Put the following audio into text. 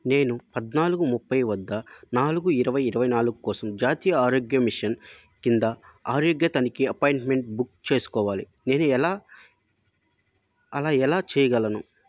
నేను పద్నాలుగు ముప్పై వద్ద నాలుగు ఇరవై ఇరవై నాలుగు కోసం జాతీయ ఆరోగ్య మిషన్ క్రింద ఆరోగ్య తనిఖీ అపాయింట్మెంట్ బుక్ చేసుకోవాలి నేను ఎలా అలా ఎలా చెయ్యగలను